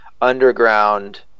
underground